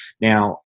Now